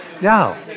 Now